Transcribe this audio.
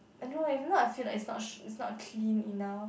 I don't know leh sometimes I feel like it's not sh~ it's not clean enough